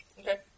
Okay